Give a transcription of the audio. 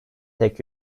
tek